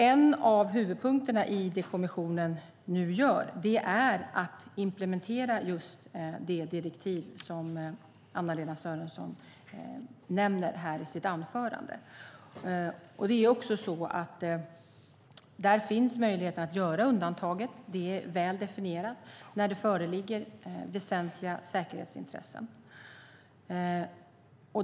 En av huvudpunkterna i det kommissionen nu gör är att implementera det direktiv som Anna-Lena Sörenson nämner i sitt anförande. Där finns möjligheten att göra undantag. Det är väl definierat, när det föreligger väsentliga säkerhetsintressen.